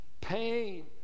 Pain